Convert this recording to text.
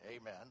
Amen